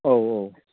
औ औ